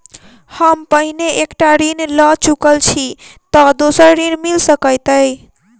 हम पहिने एक टा ऋण लअ चुकल छी तऽ दोसर ऋण मिल सकैत अई?